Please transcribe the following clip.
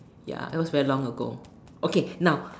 ya it was very long ago okay now